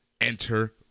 enter